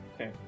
Okay